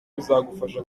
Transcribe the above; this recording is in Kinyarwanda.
bizagufasha